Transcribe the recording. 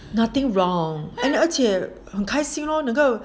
nothing wrong and 而且很开心 lor 能够